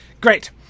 Great